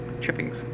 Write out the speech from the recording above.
chippings